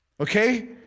Okay